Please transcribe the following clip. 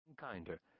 Kinder